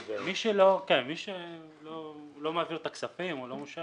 כן, מי שלא מעביר את הכספים או לא מושך